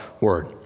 word